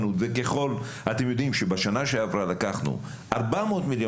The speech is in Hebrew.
אתם יודעים שבשנה שעברה לקחנו 400 מיליון